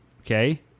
okay